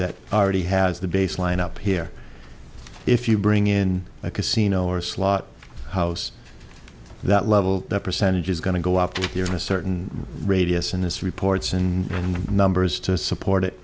that already has the base line up here if you bring in a casino or slot house that level that percentage is going to go up to here in a certain radius in this reports and numbers to support it